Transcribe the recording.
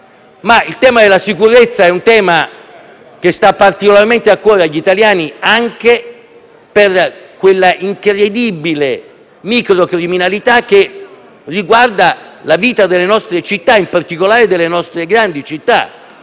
Il tema della sicurezza, però, sta particolarmente a cuore agli italiani anche per quella incredibile microcriminalità che riguarda la vita delle nostre città, in particolare di quelle grandi.